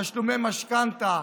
תשלומי משכנתה,